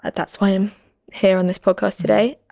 but that's why i'm here on this podcast today.